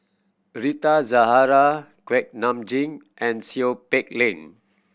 Rita Zahara Kuak Nam Jin and Seow Peck Leng